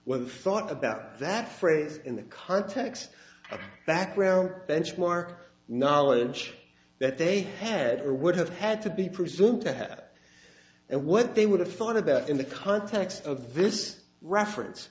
well thought about that phrase in the context of background benchmark knowledge that they had or would have had to be presumed at and what they would have thought about in the context of this reference